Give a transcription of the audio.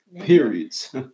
Periods